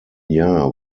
jahr